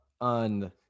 on